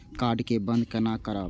Card के बन्द केना करब?